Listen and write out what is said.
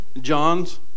John's